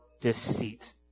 deceit